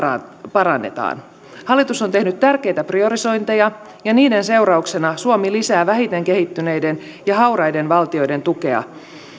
parannetaan hallitus on tehnyt tärkeitä priorisointeja ja niiden seurauksena suomi lisää vähiten kehittyneiden ja hauraiden valtioiden tukea